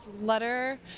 letter